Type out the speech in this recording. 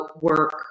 work